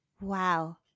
Wow